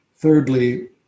Thirdly